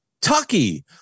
tucky